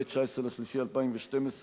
19 במרס 2012,